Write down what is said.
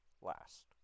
last